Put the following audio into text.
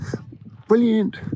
Brilliant